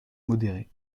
modérées